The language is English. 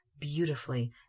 beautifully